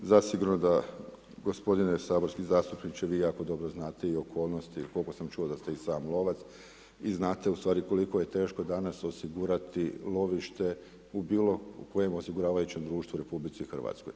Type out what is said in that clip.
Zasigurno da gospodine saborski zastupniče, vi jako dobro znate i okolnosti koliko sam čuo da ste i sam lovac i znate ustvari koliko je teško danas osigurati lovište u bilokojem osiguravajućem društvu u RH.